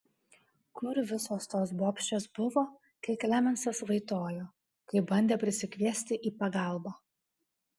kur visos tos bobšės buvo kai klemensas vaitojo kai bandė prisikviesti į pagalbą